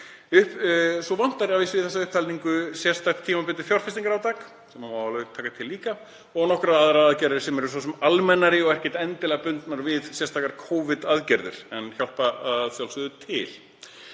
Svo vantar að vísu í þessa upptalningu sérstakt tímabundið fjárfestingarátak, sem má alveg taka til líka, og nokkrar aðrar aðgerðir sem eru svo sem almennari og ekkert endilega bundnar við sérstakar Covid-aðgerðir en hjálpa að sjálfsögðu til.